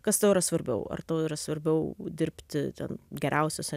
kas tau yra svarbiau ar tau yra svarbiau dirbti ten geriausiose